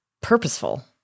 purposeful